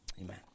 amen